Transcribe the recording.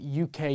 UK